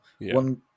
one